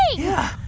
yeah.